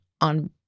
on